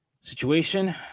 situation